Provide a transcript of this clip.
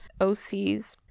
OCs